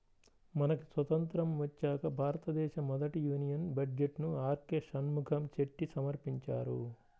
మనకి స్వతంత్రం వచ్చాక భారతదేశ మొదటి యూనియన్ బడ్జెట్ను ఆర్కె షణ్ముఖం చెట్టి సమర్పించారు